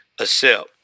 accept